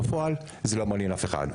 בפועל, זה לא מעניין אף אחד.